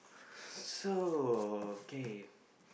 so okay